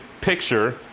picture